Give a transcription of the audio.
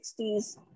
1960s